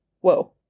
whoa